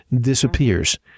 disappears